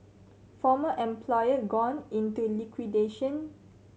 former employer gone into liquidation